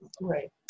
Right